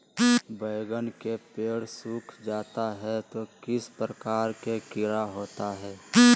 बैगन के पेड़ सूख जाता है तो किस प्रकार के कीड़ा होता है?